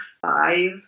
five